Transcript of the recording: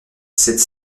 sept